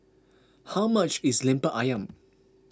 how much is Lemper Ayam